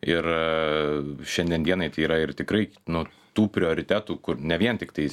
ir šiandien dienai tai yra ir tikrai nu tų prioritetų kur ne vien tiktais